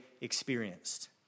experienced